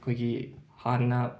ꯑꯩꯈꯣꯏꯒꯤ ꯍꯥꯟꯅ